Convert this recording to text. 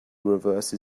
reverse